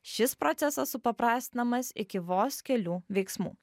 šis procesas supaprastinamas iki vos kelių veiksmų